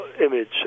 image